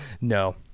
No